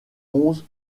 onze